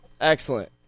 Excellent